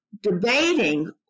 debating